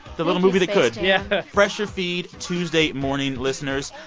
the little movie that could yeah refresh your feed tuesday morning, listeners.